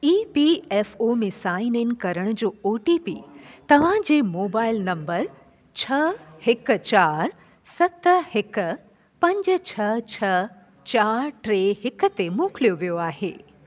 ई P F O में sign in करण जो ओ टी पी तव्हां जे मोबाइल नंबर छह हिकु चारि सत हिकु पंज छह छह चारि टे हिक ते मोकिलियो वियो आहे